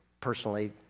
personally